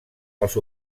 els